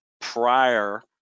prior